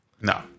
No